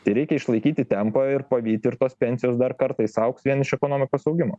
tai reikia išlaikyti tempą ir pavyti ir tos pensijos dar kartais augs vien iš ekonomikos augimo